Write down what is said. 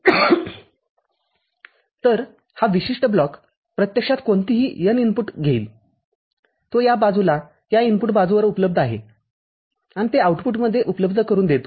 तर हा विशिष्ट ब्लॉक प्रत्यक्षात कोणतीही n इनपुट घेईलतो या बाजूला या इनपुट बाजूवर उपलब्ध आहे आणि ते आउटपुटमध्ये उपलब्ध करुन देतो